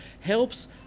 helps